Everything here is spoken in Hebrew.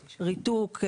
ריתוק,